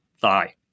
thigh